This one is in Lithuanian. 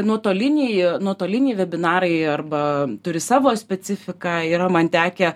nuotoliniai nuotoliniai vebinarai arba turi savo specifiką yra man tekę